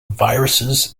viruses